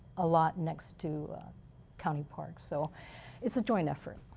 a lot next to county park. so it's a joint effort.